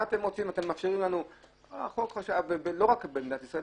לא רק במדינת ישראל,